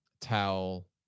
towel